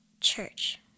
church